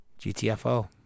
GTFO